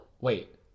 Wait